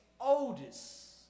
oldest